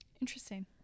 Interesting